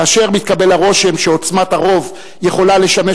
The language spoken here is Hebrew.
כאשר מתקבל הרושם שעוצמת הרוב יכולה לשמש